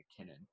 McKinnon